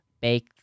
bake